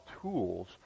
tools